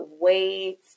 wait